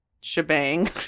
shebang